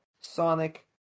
Sonic